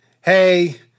hey